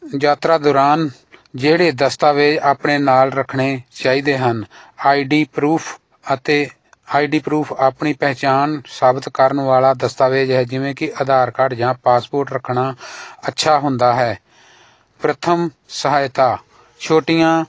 ਯਾਤਰਾ ਦੌਰਾਨ ਜਿਹੜੇ ਦਸਤਾਵੇਜ਼ ਆਪਣੇ ਨਾਲ ਰੱਖਣੇ ਚਾਹੀਦੇ ਹਨ ਆਈਡੀ ਪ੍ਰੂਫ ਅਤੇ ਆਈਡੀ ਪ੍ਰੂਫ ਆਪਣੀ ਪਹਿਚਾਣ ਸਾਬਤ ਕਰਨ ਵਾਲਾ ਦਸਤਾਵੇਜ਼ ਹੈ ਜਿਵੇਂ ਕਿ ਆਧਾਰ ਕਾਰਡ ਜਾਂ ਪਾਸਪੋਰਟ ਰੱਖਣਾ ਅੱਛਾ ਹੁੰਦਾ ਹੈ ਪ੍ਰਥਮ ਸਹਾਇਤਾ ਛੋਟੀਆਂ